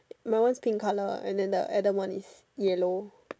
my one is pink color and then the atom one is yellow